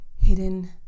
hidden